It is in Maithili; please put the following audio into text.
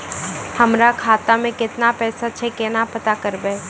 हमरा खाता मे केतना पैसा छै, केना पता करबै?